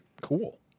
Cool